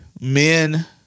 men